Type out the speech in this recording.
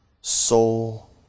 soul